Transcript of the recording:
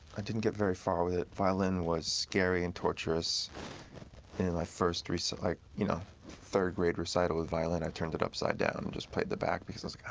i didn't get very far with it. violin was scary and torturous. and in my first three so like you know third grade recital with violin, i turned it upside down and just played the back, because like i